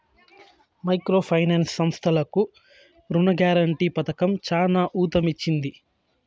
micro finance సంస్థలకు రుణ guarantee పథకం చానా ఊతమిచ్చింది